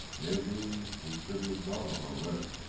maybe we shouldn't have gone on alert.